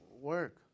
work